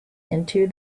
into